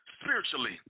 spiritually